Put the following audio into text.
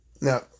Now